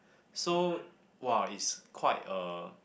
so !wah! is quite a